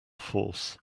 force